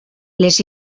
les